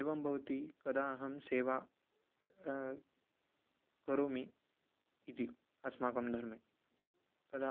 एवं भवति कदा अहं सेवां करोमि इति अस्माकं धर्मे कदा